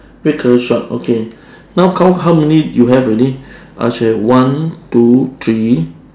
red colour short okay now count how many you have already I should have one two three